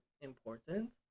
important